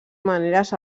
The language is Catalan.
maneres